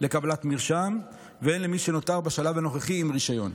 לקבלת מרשם והן למי שנותר בשלב הנוכחי עם רישיון.